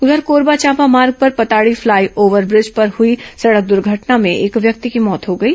उधर कोरबा चांपा मार्ग पर पताड़ी फ्लाई ओव्हरब्रिज पर हुई सड़क दुर्घटना में एक व्यक्ति की मौत हो गई